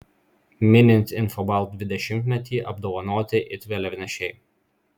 minint infobalt dvidešimtmetį apdovanoti it vėliavnešiai